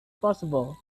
possible